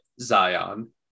zion